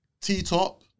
T-top